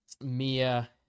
Mia